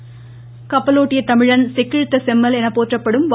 சிதம்பரணர் கப்பலோட்டிய தமிழன் செக்கிழுத்த செம்மல் என போற்றப்படும் வ